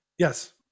Yes